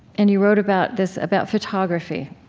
and you wrote about this about photography,